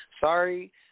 Sorry